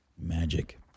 Magic